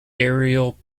aerial